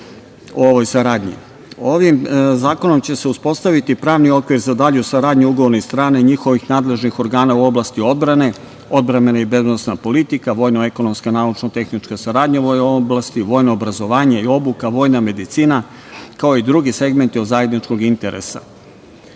ovoj saradnji. Ovim zakonom će se uspostaviti pravni okvir za dalju saradnju ugovornih strana i njihovih nadležnih organa u oblasti odbrane, odbrambena i bezbednosna politika, vojno-ekonomska i naučno-tehnička saradnja, vojno obrazovanje i obuka, vojna medicina, kao i drugi segmenti od zajedničkog interesa. Srbija